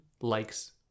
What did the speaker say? likes